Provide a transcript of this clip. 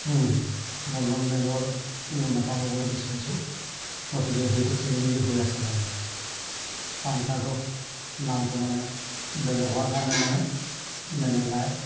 বন্ধন বেংকৰ লোন এটা ল'বলৈ বিচাৰিছোঁ গতিকে সেইটো খেলিমেলি হৈ আছে মানে পান কাৰ্ডত নামটো মানে বেলেগ হোৱাৰ কাৰণে মানে মেনেজাৰে